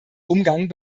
umgang